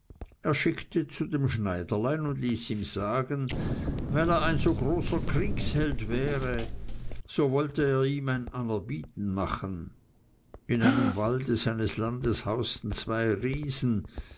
er schickte zu dem schneiderlein und ließ ihm sagen weil er ein so großer kriegsheld wäre so wollte er ihm ein anerbieten machen in einem walde seines landes hausten zwei riesen